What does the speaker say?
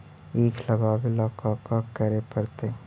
ईख लगावे ला का का करे पड़तैई?